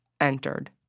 entered